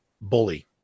bully